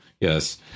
Yes